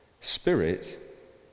spirit